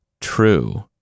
true